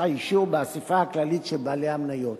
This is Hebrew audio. האישור באספה הכללית של בעלי המניות.